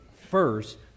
first